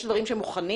יש דברים שמוכנים?